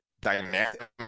dynamic